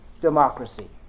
democracy